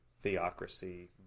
theocracy